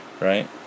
right